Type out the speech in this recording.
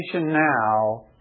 now